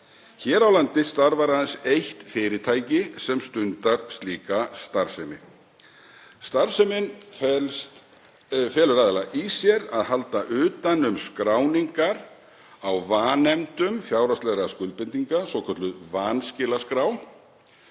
Hér á landi starfar aðeins eitt fyrirtæki sem stundar slíka starfsemi. Starfsemin felur aðallega í sér að halda utan um skráningar á vanefndum fjárhagslegra skuldbindinga, svokölluð vanskilaskrá,